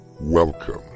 Welcome